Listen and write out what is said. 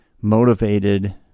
motivated